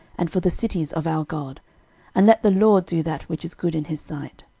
and for the cities of our god and let the lord do that which is good in his sight.